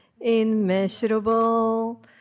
immeasurable